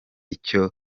icyo